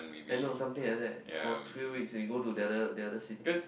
I know something like that or three weeks he go to the other the other cities